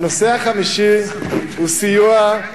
הנושא החמישי הוא סיוע,